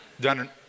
Done